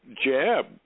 jab